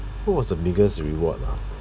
who was the biggest reward ah